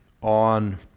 on